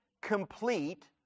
complete